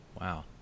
wow